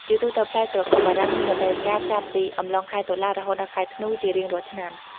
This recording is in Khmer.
ជាទូទៅ ផ្លែក្រខុបបារាំងមានរដូវកាលចាប់ពីអំឡុងខែ តុលា រហូតដល់ខែធ្នូ ជារៀងរាល់ឆ្នាំ។